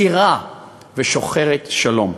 צעירה ושוחרת שלום,